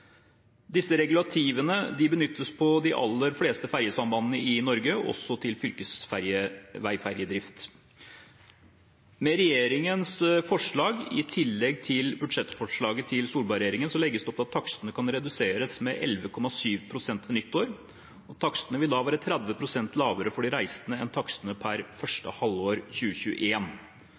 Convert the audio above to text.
Disse regulativene benyttes på de aller fleste ferjesambandene i Norge, også til fylkesveiferjedrift. Med regjeringens forslag i tillegg til budsjettforslaget til Solberg-regjeringen legges det opp til at takstene kan reduseres med 11,7 pst. til nyttår, og takstene vil da være 30 pst. lavere for de reisende enn takstene per første halvår